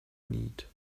neat